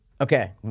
Okay